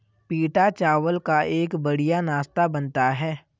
पीटा चावल का एक बढ़िया नाश्ता बनता है